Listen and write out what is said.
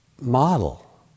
model